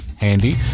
handy